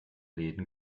läden